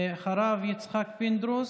אחריו, יצחק פינדרוס.